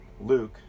Luke